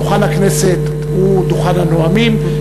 דוכן הכנסת הוא דוכן הנואמים,